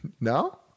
No